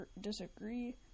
disagree